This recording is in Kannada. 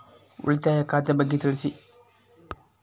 ಉಳಿತಾಯ ಖಾತೆ ಬಗ್ಗೆ ತಿಳಿಸಿ?